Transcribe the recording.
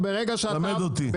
תלמד אותי.